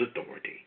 authority